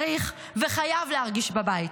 צריך וחייב להרגיש בבית.